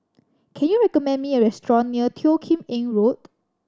can you recommend me a restaurant near Teo Kim Eng Road